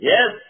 Yes